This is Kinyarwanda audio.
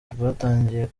rwatangiye